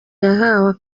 yahawe